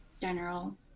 general